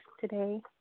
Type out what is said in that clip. today